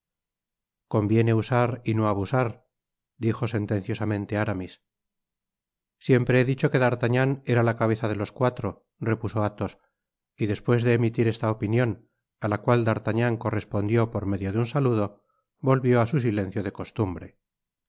conviene usar y no abusar dijo sentenciosamente aramis siempre he dicho que d'artagnan era la cabeza de los cuatro repuso athos y despues de emitir esta opinion á la cual d'artagnan correspondió por medio de un saludo volvió á su silencio de costumbre